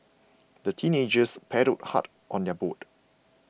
the teenagers paddled hard on their boat